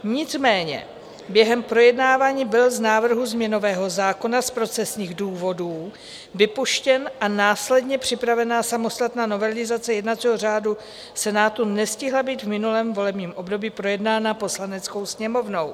Nicméně během projednávání byl z návrhu změnového zákona z procesních důvodů vypuštěn a následně připravená samostatná novelizace jednacího řádu Senátu nestihla být v minulém volebním období projednána Poslaneckou sněmovnou.